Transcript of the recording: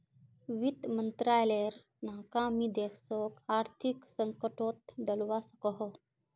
वित मंत्रालायेर नाकामी देशोक आर्थिक संकतोत डलवा सकोह